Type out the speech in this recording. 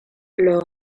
leur